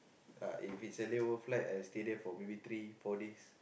uh if it's a lay over flight I stay there for maybe three four days